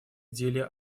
деле